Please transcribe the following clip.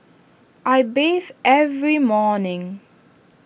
I bathe every morning